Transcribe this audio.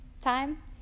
time